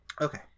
Okay